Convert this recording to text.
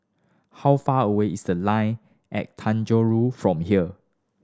how far away is The Line at Tanjong Road from here